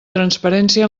transparència